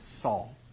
Saul